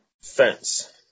fence